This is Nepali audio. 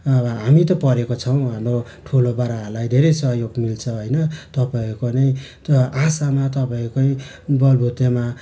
अब हामी त पढेको छौँ हाम्रो ठुलाबडालाई धेरै सहयोग मिल्छ होइन तपाईँहरूको नै तर आशामा त म भएकै बरबोटेमा